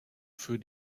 für